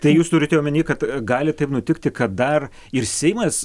tai jūs turite omeny kad gali taip nutikti kad dar ir seimas